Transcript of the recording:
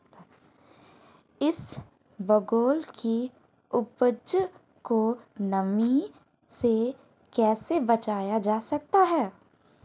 इसबगोल की उपज को नमी से कैसे बचाया जा सकता है?